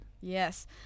Yes